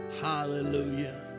Hallelujah